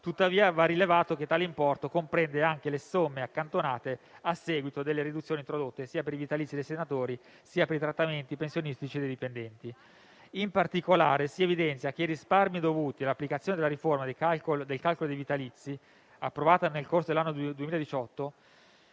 Tuttavia, va rilevato che tale importo comprende anche le somme accantonate a seguito delle riduzioni introdotte sia per i vitalizi dei senatori sia per i trattamenti pensionistici dei dipendenti. In particolare, si evidenzia che i risparmi dovuti all'applicazione della riforma del calcolo dei vitalizi approvata nel corso dell'anno 2018